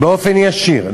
באופן ישיר.